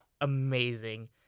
amazing